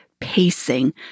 pacing